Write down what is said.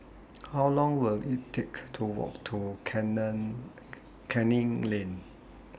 How Long Will IT Take to Walk to Canning Lane